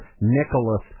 Nicholas